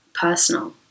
personal